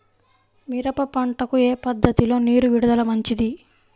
మిరప పంటకు ఏ పద్ధతిలో నీరు విడుదల మంచిది?